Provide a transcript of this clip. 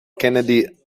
kennedy